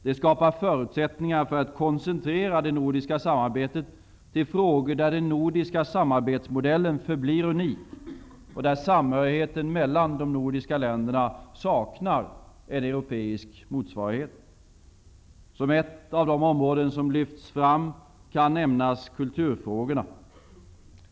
Det skapar förutsättningar för att koncentrera det nordiska samarbetet till frågor där den nordiska samarbetsmodellen förblir unik, och där samhörigheten mellan de nordiska länderna saknar europeisk motsvarighet. Som ett av de områden som lyfts fram kan nämnas kulturfrågorna.